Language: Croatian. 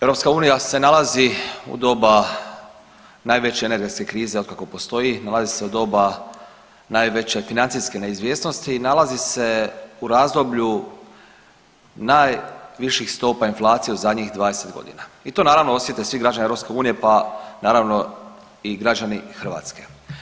EU se nalazi u doba najveće energetske krize od kako postoji, nalazi se u doba najveće financijske neizvjesnosti i nalazi se u razdoblju najviših stopa inflacije u zadnjih 20 godina i to naravno osjete svi građani EU, pa naravno i građani Hrvatske.